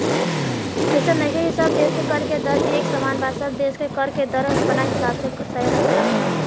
अइसन नइखे की सब देश के कर के दर एक समान बा सब देश के कर के दर अपना हिसाब से तय रहेला